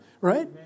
Right